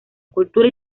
cultura